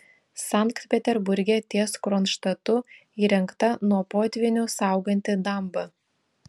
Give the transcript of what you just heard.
sankt peterburge ties kronštatu įrengta nuo potvynių sauganti damba